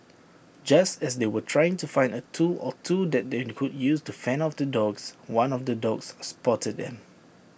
just as they were trying to find A tool or two that they be could use to fend off the dogs one of the dogs spotted them